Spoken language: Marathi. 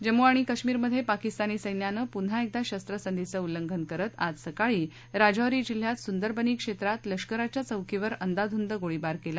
जम्मू आणि काश्मीरमध्ये पाकिस्तानी सैन्याने पुन्हा एकदा शरवसंधीचं उल्लंघन करत आज सकाळी राजौरी जिल्ह्यात सुंदरबनी क्षेत्रात लष्कराच्या चौकीवर अंदाधुंद गोळीबार केला